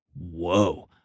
Whoa